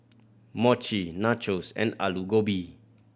Mochi Nachos and Alu Gobi